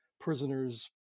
prisoners